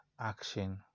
action